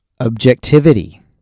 objectivity